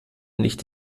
nicht